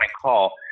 call